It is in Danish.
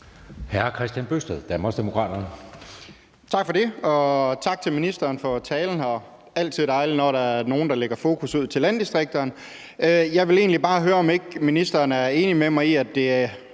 12:33 Kristian Bøgsted (DD): Tak for det, og tak til ministeren for talen. Det er altid dejligt, når der er nogen, der sætter fokus på landdistrikterne. Jeg vil egentlig bare høre, om ikke ministeren er enig med mig i, at det